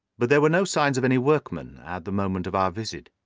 but there were no signs of any workmen at the moment of our visit.